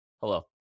Hello